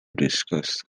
discuss